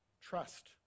trust